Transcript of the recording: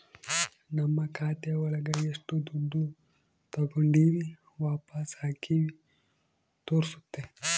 ನಮ್ ಖಾತೆ ಒಳಗ ಎಷ್ಟು ದುಡ್ಡು ತಾಗೊಂಡಿವ್ ವಾಪಸ್ ಹಾಕಿವಿ ತೋರ್ಸುತ್ತೆ